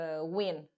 win